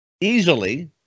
easily